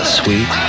sweet